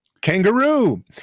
Kangaroo